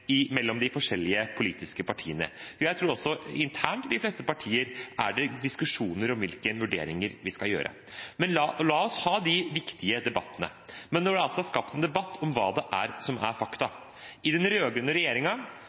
vurderinger mellom de forskjellige politiske partiene. Jeg tror også det internt i de fleste partier er diskusjoner om hvilke vurderinger vi skal gjøre. La oss ha de viktige debattene, men nå er det altså skapt en debatt om hva det er som er fakta. I den